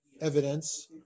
evidence